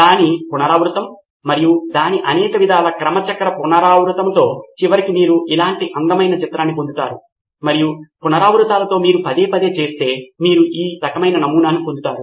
దాని పునరావృతం మరియు దాని అనేక విధాల క్రమ చక్ర పునరావృతంతో చివరికి మీరు ఇలాంటి అందమైన చిత్రాన్ని పొందుతారు మరియు పునరావృతాలతో మీరు పదే పదే చేస్తే మీరు ఈ రకమైన నమూనాను పొందుతారు